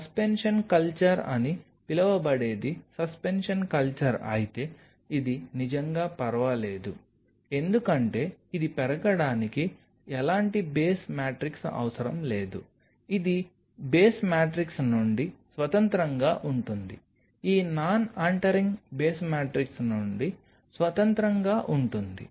suspension culture అని పిలవబడేది suspension culture అయితే ఇది నిజంగా పర్వాలేదు ఎందుకంటే ఇది పెరగడానికి ఎలాంటి బేస్ మ్యాట్రిక్స్ అవసరం లేదు ఇది బేస్ మ్యాట్రిక్స్ నుండి స్వతంత్రంగా ఉంటుంది ఈ నాన్ అంటరింగ్ బేస్ మ్యాట్రిక్స్ నుండి స్వతంత్రంగా ఉంటుంది